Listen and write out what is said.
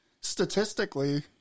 statistically